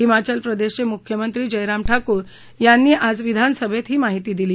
हिमाचल प्रदेश चे मुख्यमंत्री जयराम ठाकूर यांनी आज विधानसभेत ही माहिती दिली